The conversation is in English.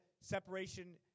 separation